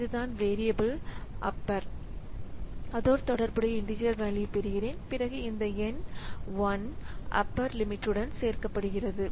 இதுதான் variable upper அதோடு தொடர்புடைய இண்டீஜர் வேல்யூ பெறுகிறேன் பிறகு இந்த எண் 1 அப்பர் லிமிட்டுடன் சேர்க்கபடுகிறது